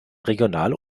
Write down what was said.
regional